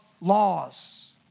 laws